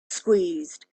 squeezed